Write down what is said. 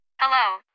Hello